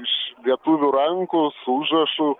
iš lietuvių rankų su užrašu